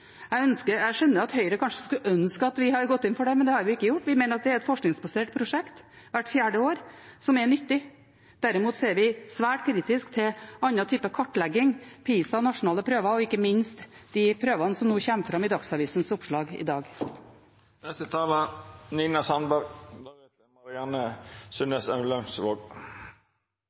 Jeg skjønner at Høyre kanskje skulle ønske at vi hadde gått inn for det, men det har vi ikke gjort. Vi mener det er et forskningsbasert prosjekt hvert fjerde år som er nyttig. Derimot er vi svært kritisk til andre typer kartlegging – PISA, nasjonale prøver og ikke minst de prøvene som kommer fram i Dagsavisens oppslag nå i dag.